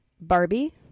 Barbie